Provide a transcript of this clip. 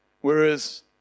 Whereas